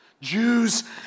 Jews